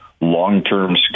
long-term